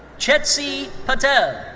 chetsi patel.